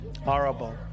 horrible